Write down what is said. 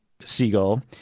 seagull